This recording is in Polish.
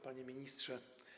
Panie Ministrze!